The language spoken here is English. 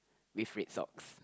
with red socks